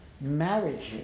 marriages